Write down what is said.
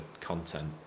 content